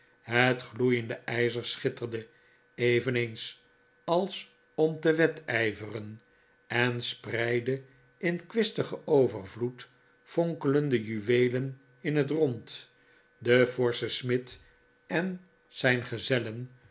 het gloeiende ijzer schitterde eveneens als om te wedijveren en spreidde in kwistigen overvloed fonkelende juweelen in het rond de forsche smid en zijn gezellen